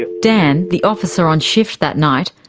dan, the officer on shift that night,